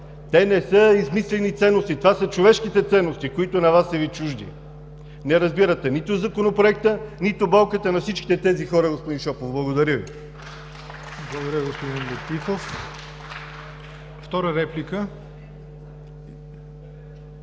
Те не са измислени ценности. Това са човешките ценности, които на Вас са Ви чужди. Не разбирате нито Законопроекта, нито болката на всичките тези хора, господин Шопов. Благодаря Ви.